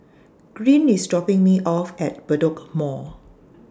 Green IS dropping Me off At Bedok Mall